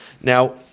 now